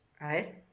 right